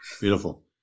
beautiful